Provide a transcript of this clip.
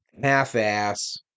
half-ass